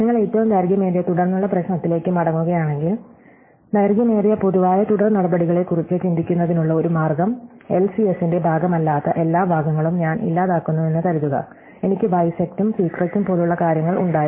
നിങ്ങൾ ഏറ്റവും ദൈർഘ്യമേറിയ തുടർന്നുള്ള പ്രശ്നത്തിലേക്ക് മടങ്ങുകയാണെങ്കിൽ ദൈർഘ്യമേറിയ പൊതുവായ തുടർനടപടികളെക്കുറിച്ച് ചിന്തിക്കുന്നതിനുള്ള ഒരു മാർഗ്ഗം എൽസിഎസിന്റെ ഭാഗമല്ലാത്ത എല്ലാ ഭാഗങ്ങളും ഞാൻ ഇല്ലാതാക്കുന്നുവെന്ന് കരുതുക എനിക്ക് ബൈസെക്ടും സീക്രെട്ടും പോലുള്ള കാര്യങ്ങൾ ഉണ്ടായിരുന്നു